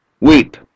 Weep